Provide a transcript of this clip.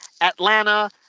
Atlanta